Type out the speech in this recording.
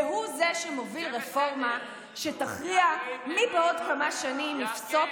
והוא זה שמוביל רפורמה שתכריע מי יפסוק